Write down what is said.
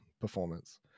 performance